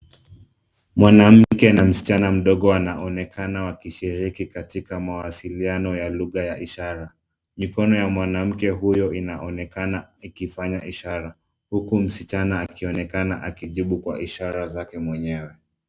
Mwanamke na msichana mdogo wanaonekana wakishiriki katika mawasiliano ya lugha ya ishara. Mikono ya mwanamke huyo inaonekana ikifanya ishara huku msichana akionekana akijibu kwa ishara zake mwenyewe.